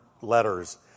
letters